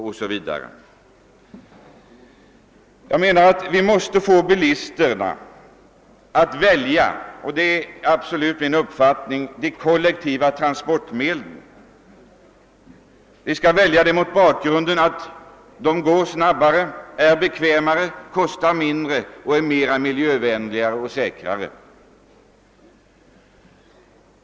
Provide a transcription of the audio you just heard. bestämda uppfattning få bilisterna att välja de kollektiva 'transportmedlen, som är snabbare, bekvämare, billigare, miljövänligare och säkrare.